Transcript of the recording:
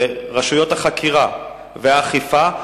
ורשויות החקירה והאכיפה,